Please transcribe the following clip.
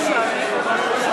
נתקבלה.